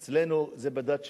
אצלנו, זה בדת שלנו.